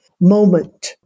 moment